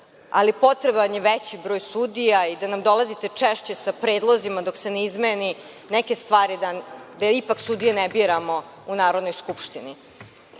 Ali, potreban je veći broj sudija i da nam dolazite češće sa predlozima dok se ne izmeni, neke stvari da ipak sudije ne biramo u Narodnoj skupštini. Predloženi